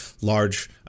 large